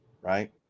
right